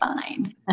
fine